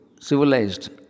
civilized